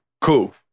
Cool